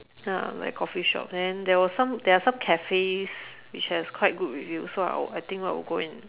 uh like coffee shops and then were some there are some cafes which has quite good reviews so I will I think I will go and